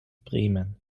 bremen